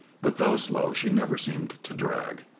but though slow she never seemed to drag.